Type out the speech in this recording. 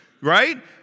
right